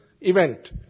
event